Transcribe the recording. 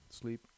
sleep